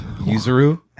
Yuzuru